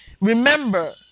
Remember